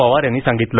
पवार यांनी सांगितलं